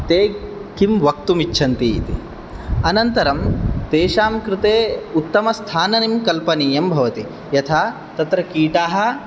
ते किं वक्तुम् इच्छन्ति इति अनन्तरं तेषां कृते उत्तम स्थानं कल्पनीयं भवति यथा तत्र कीटाः